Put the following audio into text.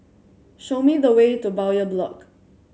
show me the way to Bowyer Block